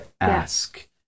ask